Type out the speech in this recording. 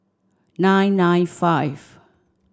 nine nine five